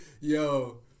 Yo